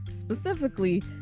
specifically